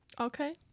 Okay